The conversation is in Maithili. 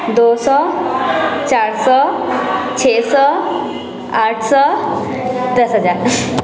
दुइ सओ चारि सओ छओ सओ आठ सओ दस हजार